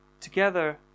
together